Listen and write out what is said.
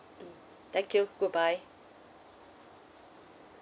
mm thank you goodbye